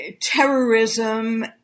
terrorism